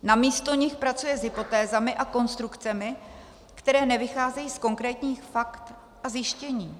Namísto nich pracuje s hypotézami a konstrukcemi, které nevycházejí z konkrétních faktů a zjištění.